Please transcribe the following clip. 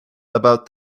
about